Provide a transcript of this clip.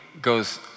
goes